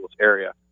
area